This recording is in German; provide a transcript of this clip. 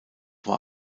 war